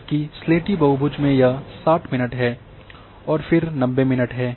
जबकि स्लेटी बहुभुज में यह 60 मिनट है और फिर 90 मिनट है